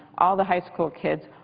all the high school kids,